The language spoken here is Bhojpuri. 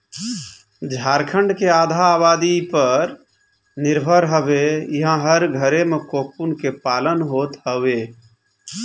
झारखण्ड के आधा आबादी इ पर निर्भर हवे इहां हर घरे में कोकून के पालन होत हवे